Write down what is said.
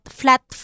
flat